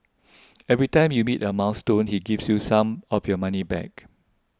every time you meet a milestone he gives you some of your money back